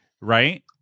right